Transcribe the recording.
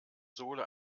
sohle